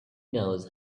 knows